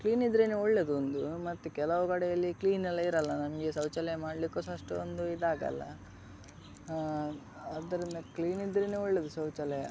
ಕ್ಲೀನಿದ್ರೇನೇ ಒಳ್ಳೆಯದು ಒಂದು ಮತ್ತೆ ಕೆಲವು ಕಡೆಯಲ್ಲಿ ಕ್ಲೀನೆಲ್ಲ ಇರೋಲ್ಲ ನಮಗೆ ಶೌಚಾಲಯ ಮಾಡಲಿಕ್ಕೂ ಸಹಾ ಅಷ್ಟು ಒಂದು ಇದಾಗಲ್ಲ ಆದ್ದರಿಂದ ಕ್ಲೀನಿದ್ರೇನೇ ಒಳ್ಳೆಯದು ಶೌಚಾಲಯ